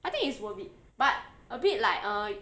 I think it's worth it but a bit like uh